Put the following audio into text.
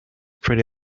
pretty